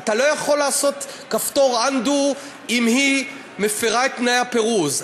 אתה לא יכול לעשות כפתור undo אם היא מפרה את תנאי הפירוז.